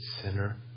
sinner